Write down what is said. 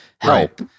help